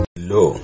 Hello